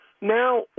now